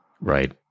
Right